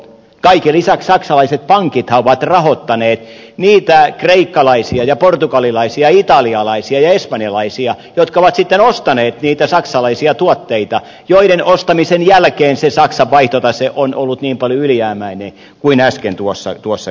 kaiken lisäksi saksalaiset pankithan ovat rahoittaneet niitä kreikkalaisia portugalilaisia italialaisia ja espanjalaisia jotka ovat sitten ostaneet niitä saksalaisia tuotteita joiden ostamisen jälkeen se saksan vaihtotase on ollut niin paljon ylijäämäinen kuin äsken tuossa kerroin